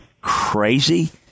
crazy